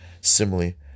Similarly